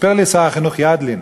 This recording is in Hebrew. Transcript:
סיפר לי שר החינוך ידלין